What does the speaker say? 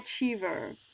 achiever